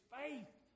faith